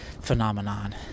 phenomenon